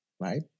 right